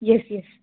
yes yes